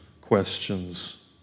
questions